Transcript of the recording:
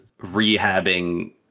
rehabbing